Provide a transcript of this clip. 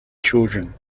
children